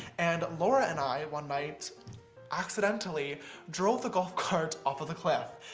and laura and i one night accidentally drove the golf cart off of the cliff.